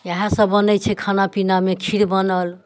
इएह सभ बनैत छै खाना पीनामे खीर बनल